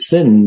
Sin